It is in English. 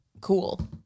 cool